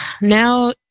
now